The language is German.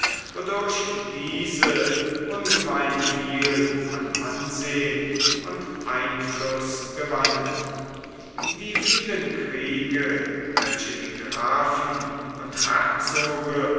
wodurch diese ungemein viel an ansehen und einfluß gewannen die vielen kriege welche die grafen und herzoge